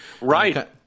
right